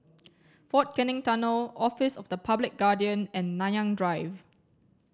Fort Canning Tunnel Office of the Public Guardian and Nanyang Drive